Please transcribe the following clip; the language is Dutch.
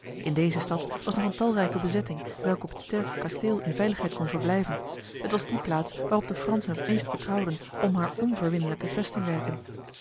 in deze stad was nog een talrijke bezetting welke op het sterke kasteel in veiligheid kon verblijven het was die plaats waarop de fransen het meest betrouwden om haar onverwinnelijke vestingwerken